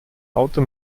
auto